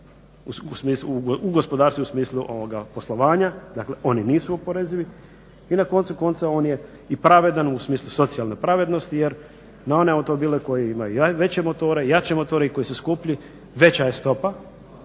u gospodarskom smislu ovoga poslovanja. Dakle oni nisu oporezivi i na koncu konca on je i pravedan u smislu socijalne pravednosti jer na one automobile koji imaju veće motore, jače motore i koji su skupljiji veća je stopa,